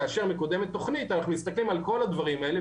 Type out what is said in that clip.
כאשר מקודמת תכנית אנחנו מסתכלים על כל הדברים האלה,